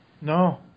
No